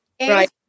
right